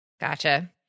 Gotcha